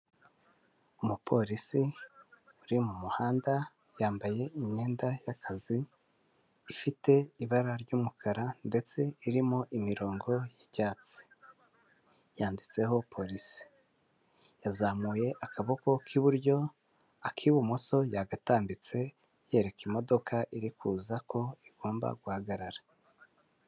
Umupolisi uri mu muhanda yambaye imyenda y'akazi ifite ibara ry'umukara ndetse irimo imirongo y'icyatsi, yanditseho polisi yazamuye akaboko k'iburyo ak'ibumoso yagatambitse yereka imodoka iri kuza ko igomba guhagarara.